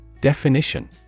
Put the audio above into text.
Definition